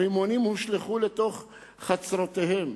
רימונים הושלכו לתוך חצרותיהם.